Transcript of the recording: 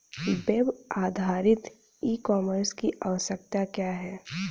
Web आधारित e commerce की आवश्यकता क्या है?